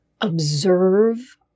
observe